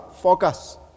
Focus